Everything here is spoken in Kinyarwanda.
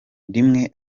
rimwe